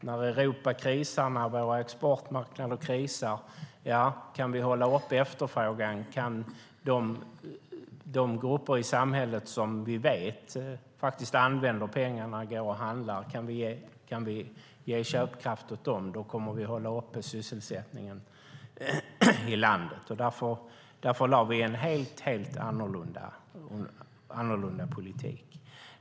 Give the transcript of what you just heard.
När Europa och våra exportmarknader krisar vet vi nämligen att vi kan hålla uppe sysselsättningen i landet om vi kan ge köpkraft åt de grupper i samhället vi vet faktiskt använder pengarna och går och handlar. Därför lade vi fram en helt annorlunda politik.